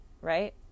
right